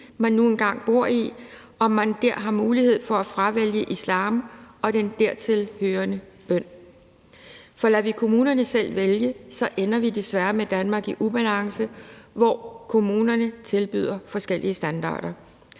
man nu engang bor i, og om man dér har mulighed for at fravælge islam og den dertilhørende bøn. For lader vi kommunerne selv vælge, ender vi desværre med et Danmark i ubalance, hvor kommunerne tilbyder forskellige standarder.